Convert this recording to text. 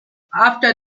after